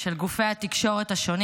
של גופי התקשורת השונים